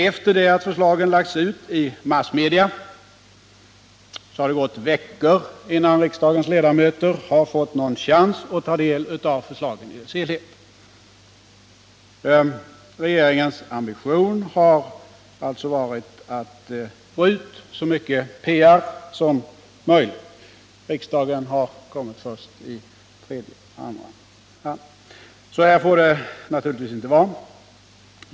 Efter det att förslagen lagts fram i massmedia har det förflutit veckor, innan riksdagens ledamöter har fått någon chans att ta del av förslagen i deras helhet. Regeringens ambition har alltså varit att få ut så mycket PR som möjligt. Riksdagen har kommit först i andra eller tredje hand. Så här får det naturligtvis inte vara.